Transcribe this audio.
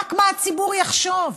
רק מה הציבור יחשוב.